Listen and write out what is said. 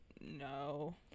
no